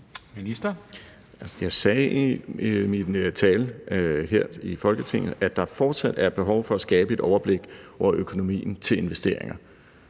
Jeg sagde i min tale her i Folketinget, at der fortsat er behov for at skabe et overblik over økonomien til investeringer,